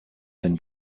than